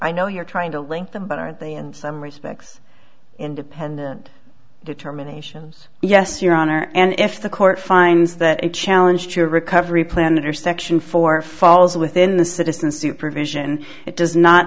i know you're trying to link them but are they in some respects independent determinations yes your honor and if the court finds that a challenge to recovery plan under section four falls within the citizen supervision it does not